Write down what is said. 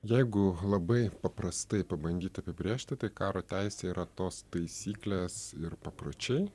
jeigu labai paprastai pabandyt apibrėžti tai karo teisė yra tos taisyklės ir papročiai